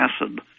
acid